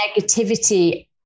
negativity